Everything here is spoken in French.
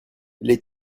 les